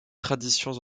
traditions